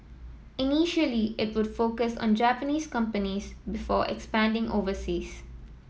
initially it would focus on Japanese companies before expanding overseas